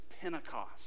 Pentecost